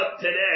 today